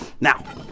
Now